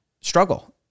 struggle